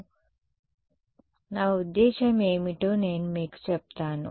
కాబట్టి నా ఉద్దేశ్యం ఏమిటో నేను మీకు చెప్తాను